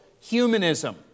humanism